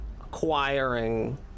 acquiring